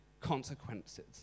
consequences